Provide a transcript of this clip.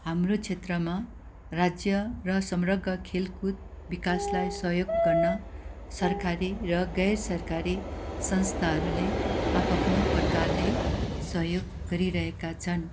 हाम्रो क्षेत्रमा राज्य र समग्र खेलकुद विकासलाई सहयोग गर्न सरकारी र गैर सरकारी संस्थाहरूले आफ् आफ्नो प्रकारले सहयोग गरिरहेका छन्